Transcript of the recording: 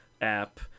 app